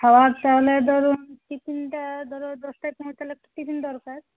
হ তাহলে ধরুন টিফিনটা ধরো দশটায় পৌঁছালে টিফিন দরকার